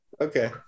okay